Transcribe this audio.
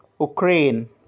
Ukraine